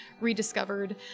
rediscovered